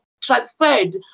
transferred